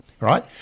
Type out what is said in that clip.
right